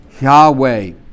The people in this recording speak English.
Yahweh